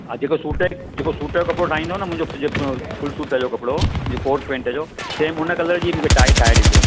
अॼु खां सूट जेको सूट जो कपिड़ो ठाहींदो न मुंहिंजो सॼो फुल सूट जो कपिड़ो जो कोट पेंट जो सेम उन कलर जी मूंखे टाई ठाही ॾिजो